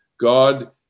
God